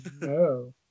no